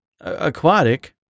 Aquatic